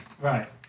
Right